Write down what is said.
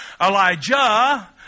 Elijah